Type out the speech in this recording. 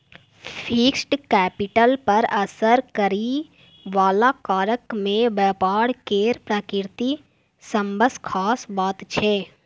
fixed capital पर असर करइ बला कारक मे व्यापार केर प्रकृति सबसँ खास बात छै